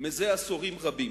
זה עשורים רבים.